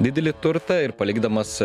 didelį turtą ir palikdamas